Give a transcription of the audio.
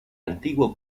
antiguo